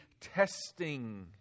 testing